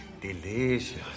Delicious